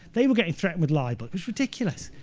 they were getting threatened with libel. it was ridiculous.